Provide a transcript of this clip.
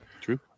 True